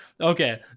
Okay